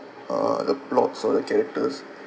uh the plots or the characters